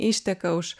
išteka už